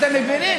אתם מבינים?